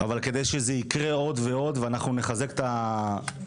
אבל כדי שזה יקרה עוד ועוד ואנחנו נחזק את התנועה